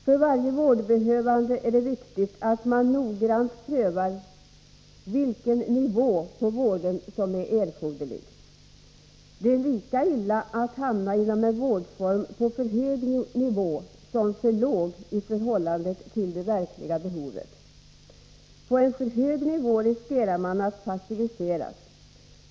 För varje vårdbehövande är det viktigt att man noggrant prövar vilken nivå på vården som är erforderlig. Det är lika illa att hamna inom en vårdform på för hög nivå som på för låg nivå i förhållande till det verkliga behovet. På en för hög nivå riskerar man att passiviseras.